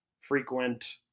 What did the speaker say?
frequent